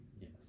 Yes